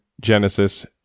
Genesis